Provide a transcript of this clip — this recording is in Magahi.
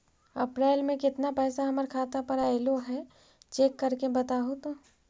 अप्रैल में केतना पैसा हमर खाता पर अएलो है चेक कर के बताहू तो?